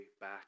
back